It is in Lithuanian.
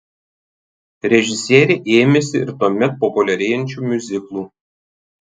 režisierė ėmėsi ir tuomet populiarėjančių miuziklų